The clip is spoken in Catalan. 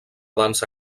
dansa